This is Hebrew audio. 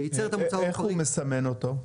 איך הוא מסמן אותו?